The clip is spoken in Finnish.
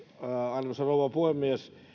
arvoisa rouva puhemies